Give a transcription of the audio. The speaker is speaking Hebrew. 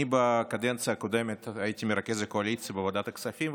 בקדנציה הקודמת הייתי מרכז הקואליציה בוועדת הכספים,